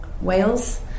Wales